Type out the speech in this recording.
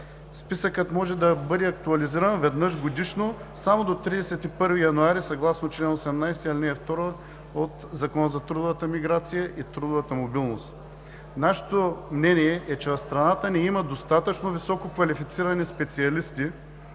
Списъкът може да бъде актуализиран веднъж годишно само до 31 януари, съгласно чл. 18, ал. 2 от Закона за трудовата миграция и трудовата мобилност. Нашето мнение е, че в страната ни има достатъчно висококвалифицирани специалисти,